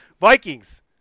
Vikings